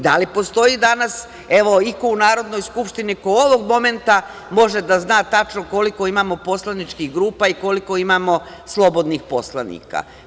Da li postoji danas iko u Narodnoj skupštini ko ovog momenta može da zna tačno koliko imamo poslaničkih grupa i koliko imamo slobodnih poslanika?